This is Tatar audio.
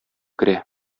керә